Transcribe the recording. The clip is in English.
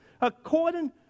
according